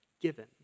given